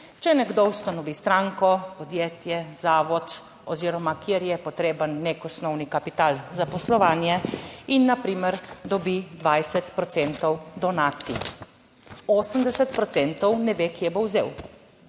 če nekdo ustanovi stranko, podjetje, zavod oziroma kjer je potreben nek osnovni kapital za poslovanje in na primer dobi 20 procentov donacij, 80 procentov ne ve, kje bo vzel.